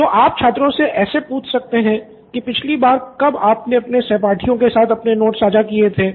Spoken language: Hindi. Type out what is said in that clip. तो आप छात्रों से ऐसे पूछ सकते है कि पिछली बार कब आपने अपने सहपाठियों के साथ अपने नोट्स साझा किए थे